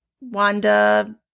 Wanda